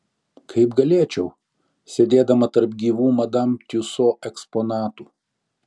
kaip galėčiau sėdėdama tarp gyvų madam tiuso eksponatų